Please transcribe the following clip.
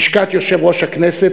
לשכת יושב-ראש הכנסת,